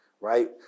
Right